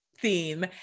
theme